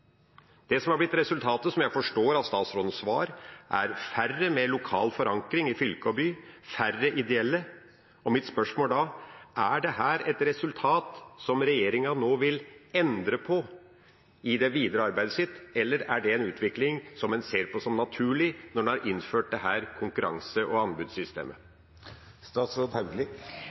Det som har blitt resultatet, som jeg forstår av statsrådens svar, er færre med lokal forankring i fylke og by – færre ideelle. Mitt spørsmål er da: Er dette et resultat som regjeringa nå vil endre på i det videre arbeidet, eller er det en utvikling man ser på som naturlig når man har innført dette konkurranse- og